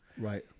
Right